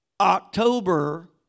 October